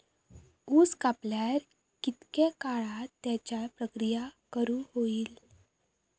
ऊस कापल्यार कितके काळात त्याच्यार प्रक्रिया करू होई?